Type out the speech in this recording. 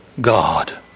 God